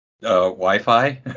Wi-Fi